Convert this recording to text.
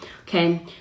Okay